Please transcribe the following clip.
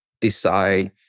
decide